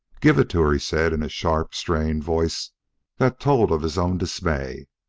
give it to her, he said in a sharp, strained voice that told of his own dismay.